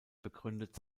begründet